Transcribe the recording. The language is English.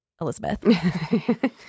Elizabeth